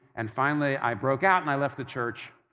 and finally, i broke out and i left the church.